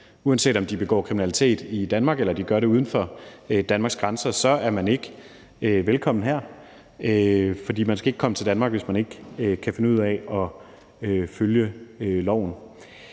Uanset om de begår kriminalitet i Danmark eller de gør det uden for Danmarks grænser, er de ikke velkomne her. For man skal ikke komme til Danmark, hvis man ikke kan finde ud af at følge loven.